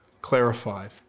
clarified